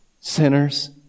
sinners